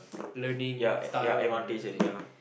learning style and everything